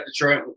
detroit